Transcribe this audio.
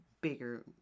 bigger